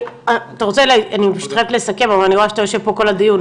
אני חייבת לסכם אבל אני רואה שאתה יושב פה כל הדיון.